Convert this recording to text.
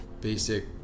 basic